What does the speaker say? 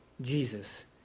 Jesus